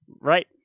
Right